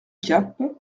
cap